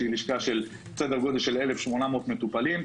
שהיא לשכה של כ-1,800 מטופלים,